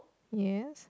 yes